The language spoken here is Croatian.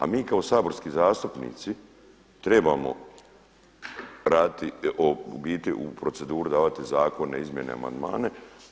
A mi kao saborski zastupnici trebamo raditi, u biti u proceduru davati zakone, izmjene i amandmane.